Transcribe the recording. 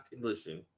listen